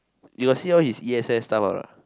you got see all his E_S_S stuff a not